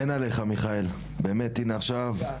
הישיבה ננעלה בשעה